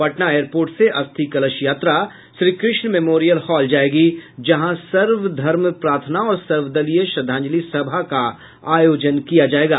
Patna airport से अस्थि कलश यात्रा श्री कृष्ण मेमोरियल हॉल जाएगी जहां सर्वधर्म प्रार्थना और सर्वदलीय श्रद्धांजलि सभा का आयोजन किया जाएगा